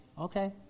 Okay